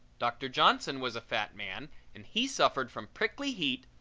doctor johnson was a fat man and he suffered from prickly heat,